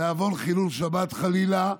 בעוון חילול שבת, חלילה.